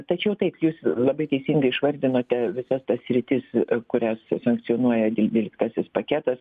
tačiau taip jūs labai teisingai išvardinote visas tas sritis kurias sankcionuoja dvyliktasis paketas